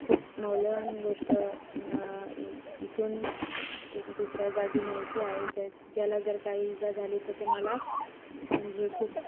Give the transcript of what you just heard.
खूप मौल्यवान गोष्ट इथून एक दुसऱ्या जागी न्यायची आहे ज्या ज्याला जर काही इजा झाली तर ते मला म्हणजे खूप